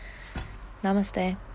Namaste